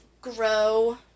grow